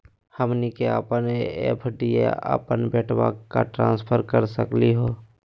हमनी के अपन एफ.डी अपन बेटवा क ट्रांसफर कर सकली हो?